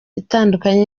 itandukanye